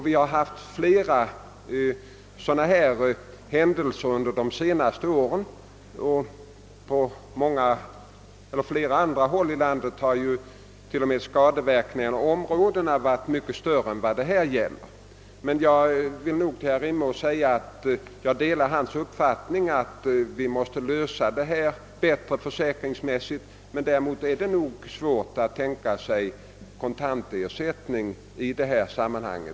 Vi har haft flera sådana fall under de senaste åren; på många andra håll i landet har skadeverkningarna varit mycket större än i detta fall. Jag vill emellertid säga herr Rimås att jag delar hans uppfattning att vi måste lösa problemet bättre försäkringsmässigt. Däremot är det nog svårt att tänka sig kontantersättning som en lösning i detta sammanhang.